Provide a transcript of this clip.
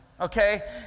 okay